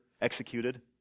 executed